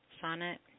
sonnet